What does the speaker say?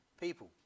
people